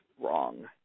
wrong